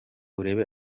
urebe